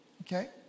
Okay